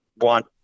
want